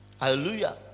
Hallelujah